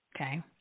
Okay